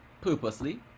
purposely